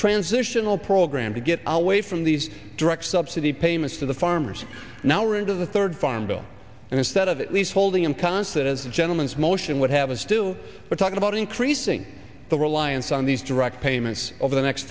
transitional program to get away from these direct subsidy payments to the farmers now we're into the third farm bill and instead of at least holding in concert as a gentleman's motion would have a still we're talking about increasing the reliance on these direct payments over the next